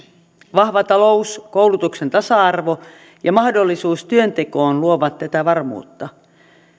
vahva talous koulutuksen tasa arvo ja mahdollisuus työntekoon luovat tätä varmuutta